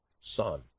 son